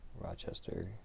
Rochester